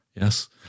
Yes